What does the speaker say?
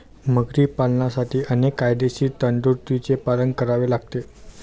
मगरी पालनासाठी अनेक कायदेशीर तरतुदींचे पालन करावे लागते